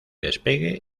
despegue